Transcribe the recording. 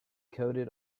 coated